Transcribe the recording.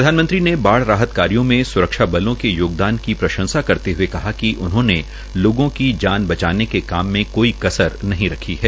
प्रधानमंत्री ने बाढ़ राहत कार्यो में सुरक्षा बलों के योगदान की प्रंशसा करते हुए कहा कि उन्होंने लोगों की जान बचाने के काम में कोई कसर नही रखी है